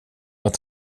att